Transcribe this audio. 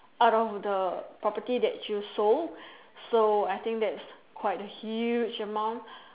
out of the property that you sold so I think that's quite a huge amount